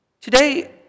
Today